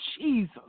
Jesus